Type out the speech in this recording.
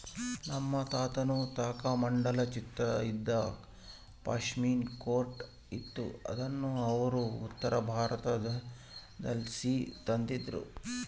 ನಮ್ ತಾತುನ್ ತಾಕ ಮಂಡಲ ಚಿತ್ರ ಇದ್ದ ಪಾಶ್ಮಿನಾ ಕೋಟ್ ಇತ್ತು ಅದುನ್ನ ಅವ್ರು ಉತ್ತರಬಾರತುದ್ಲಾಸಿ ತಂದಿದ್ರು